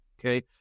okay